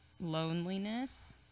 loneliness